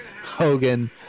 Hogan